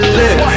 live